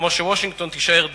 כמו שוושינגטון תישאר DC,